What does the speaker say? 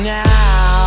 now